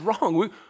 wrong